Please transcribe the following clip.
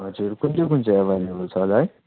हजुर कुन चाहिँ कुन चाहिँ एभाइलेबल छ होला है